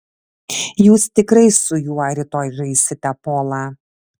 jūs tikrai su juo rytoj žaisite polą